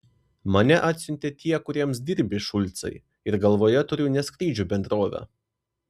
mane atsiuntė tie kuriems dirbi šulcai ir galvoje turiu ne skrydžių bendrovę